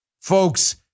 Folks